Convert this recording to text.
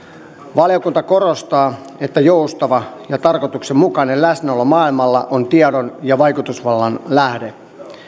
valiokunta korostaa että joustava ja tarkoituksenmukainen läsnäolo maailmalla on tiedon ja vaikutusvallan lähde